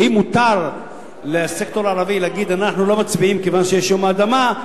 כי אם מותר לסקטור הערבי להגיד: אנחנו לא מצביעים כיוון שיש יום האדמה,